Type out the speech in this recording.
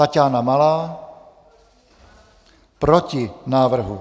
Taťána Malá: Proti návrhu.